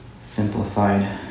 simplified